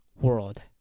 world